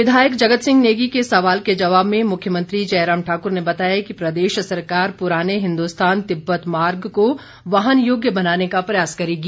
विधायक जगत सिंह नेगी के सवाल के जवाब में मुख्यमंत्री जयराम ठाकुर ने बताया कि प्रदेश सरकार पुराने हिन्दोस्तान तिब्बत मार्ग को वाहन योग्य बनाने का प्रयास करेगी